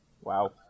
Wow